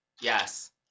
Yes